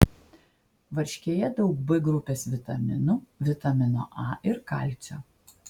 varškėje daug b grupės vitaminų vitamino a ir kalcio